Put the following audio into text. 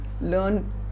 learn